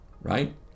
right